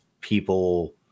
people